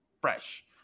fresh